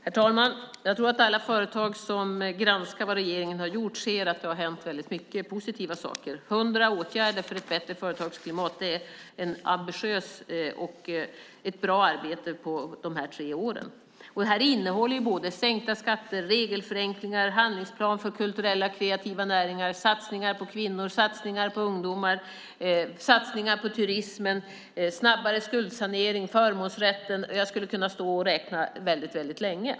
Herr talman! Jag tror att alla företag som granskar vad regeringen gjort ser att det har hänt väldigt många positiva saker. Hundra åtgärder för ett bättre företagsklimat är ett ambitiöst och bra arbete under de senaste tre åren. Här finns sänkta skatter, regelförenklingar, en handlingsplan för kulturella och kreativa näringar, satsningar på kvinnor, satsningar på ungdomar, satsningar på turism, en snabbare skuldsanering, förmånsrätten - ja, väldigt länge skulle jag kunna stå här och räkna upp åtgärder.